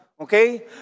Okay